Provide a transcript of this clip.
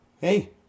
hey